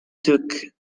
took